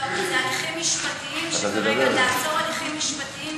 זה לעצור הליכים משפטיים.